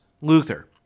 Luther